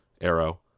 Arrow